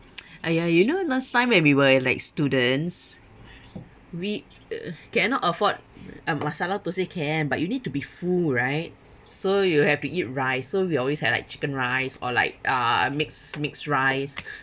!aiya! you know last time when we were like students we uh cannot afford uh masala thosai can but you need to be full right so you have to eat rice so we always had like chicken rice or like uh mixed mixed rice